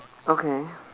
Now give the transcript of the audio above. okay